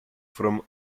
from